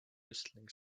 whistling